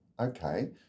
okay